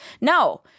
No